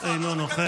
נשים וטף?